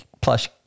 plus